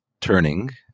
turning